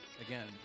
Again